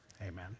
amen